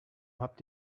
habt